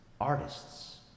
artists